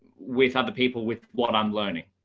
with other people with what i'm learning.